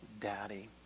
daddy